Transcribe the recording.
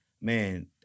man